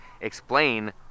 explain